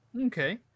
Okay